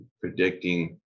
predicting